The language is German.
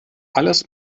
alles